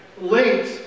links